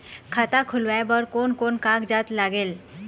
खाता खुलवाय बर कोन कोन कागजात लागेल?